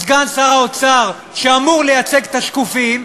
סגן שר האוצר, שאמור לייצג את השקופים,